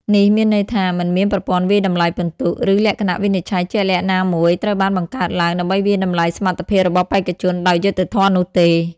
នេះមានន័យថា មិនមានប្រព័ន្ធវាយតម្លៃពិន្ទុ ឬលក្ខណៈវិនិច្ឆ័យជាក់លាក់ណាមួយត្រូវបានបង្កើតឡើងដើម្បីវាយតម្លៃសមត្ថភាពរបស់បេក្ខជនដោយយុត្តិធម៌នោះទេ។